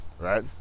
Right